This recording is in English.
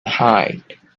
hide